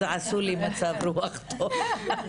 אז עשו לי מצב רוח טוב.